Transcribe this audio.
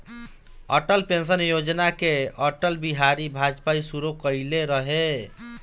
Atal pension योजना के अटल बिहारी वाजपयी शुरू कईले रलें